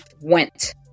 went